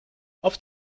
auf